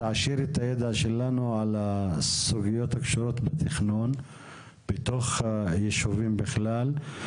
תעשירי את הידע שלנו על סוגיות הקשור בתכנון בתוך הישובים בכלל.